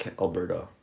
Alberta